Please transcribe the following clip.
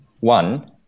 One